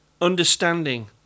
understanding